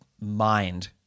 mind